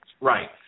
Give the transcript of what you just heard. right